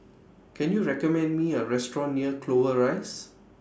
Can YOU recommend Me A Restaurant near Clover Rise